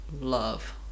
love